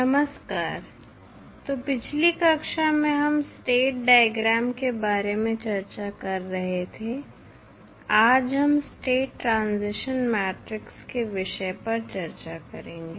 नमस्कार तो पिछली कक्षा में हम स्टेट डायग्राम के बारे में चर्चा कर रहे थे आज हम स्टेट ट्रांजिशन मैट्रिक्स के विषय पर चर्चा करेंगे